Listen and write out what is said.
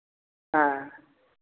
हाँ